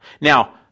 Now